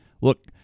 Look